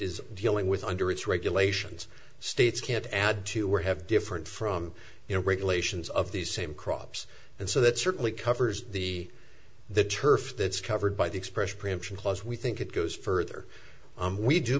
is dealing with under its regulations states can't add to or have different from you know regulations of these same crops and so that certainly covers the the turf that's covered by the express preemption plus we think it goes further we do